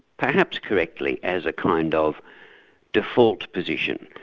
perhaps correctly, as a kind of default position,